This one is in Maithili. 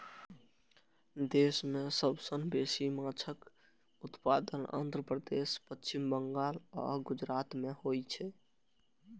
देश मे सबसं बेसी माछक उत्पादन आंध्र प्रदेश, पश्चिम बंगाल आ गुजरात मे होइ छै